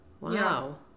wow